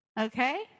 Okay